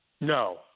No